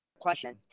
question